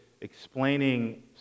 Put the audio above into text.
explaining